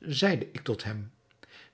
zeide ik tot hem